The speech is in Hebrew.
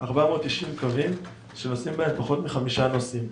490 קווים שנוסעים בהם פחות מחמישה נוסעים.